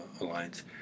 Alliance